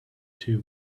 too